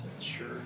Sure